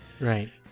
Right